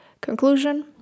conclusion